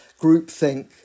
groupthink